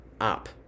up